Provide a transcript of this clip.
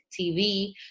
tv